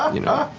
um you know,